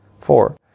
Four